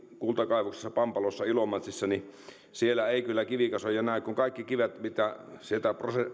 kultakaivoksessa pampalossa ilomantsissa ei kyllä kivikasoja näe kun kaikki kivet mitä sieltä